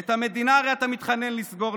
את המדינה הרי אתה מתחנן לסגור,